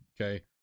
Okay